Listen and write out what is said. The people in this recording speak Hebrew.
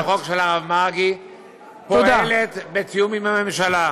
הצעת החוק של הרב מרגי פועלת בתיאום עם הממשלה.